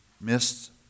missed